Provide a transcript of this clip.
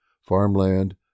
farmland